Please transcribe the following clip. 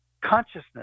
consciousness